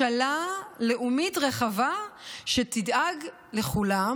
ממשלה לאומית רחבה שתדאג לכולם,